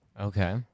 Okay